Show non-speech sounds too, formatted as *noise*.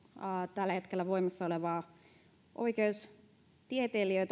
tällä hetkellä voimassa olevaa oikeustieteilijää *unintelligible*